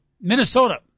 Minnesota